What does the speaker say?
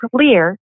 clear